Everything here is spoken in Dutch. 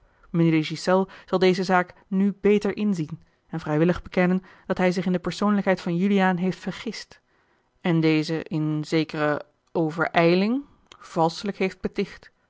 de ghiselles zal deze zaak nu beter inzien en vrijwillig bekennen dat hij zich in de persoonlijkheid van juliaan heeft vergist en dezen in zekere overijling valschelijk heeft beticht